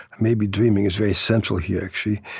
maybe dreaming is very central here, actually,